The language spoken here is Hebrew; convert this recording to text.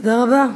תודה רבה.